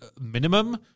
minimum